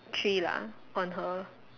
three lah on her